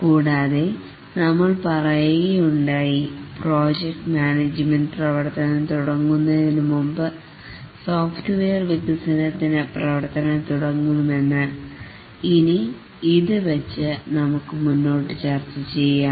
കൂടാതെ നമ്മൾ പറയുകയുണ്ടായി പ്രോജക്റ്റ് മാനേജ്മെൻറ് പ്രവർത്തനം തുടങ്ങുന്നതിനുമുമ്പ് സോഫ്റ്റ്വെയർ വികസനത്തിന് പ്രവർത്തനം തുടങ്ങുമെന്ന് ഇനി ഇത് വച്ച് നമുക്ക് മുന്നോട്ട് ചർച്ച ചെയ്യാം